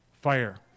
fire